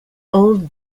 old